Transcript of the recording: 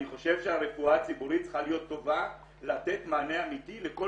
אני חושב שהרפואה הציבורית צריכה להיות טובה לתת מענה אמיתי לכל